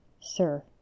Sir